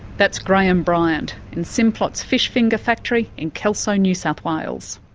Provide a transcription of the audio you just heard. that's graham bryant, in simplot's fish finger factory in kelso, new south wales.